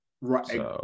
Right